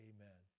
Amen